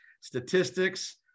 statistics